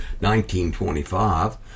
1925